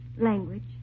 Language